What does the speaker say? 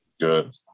good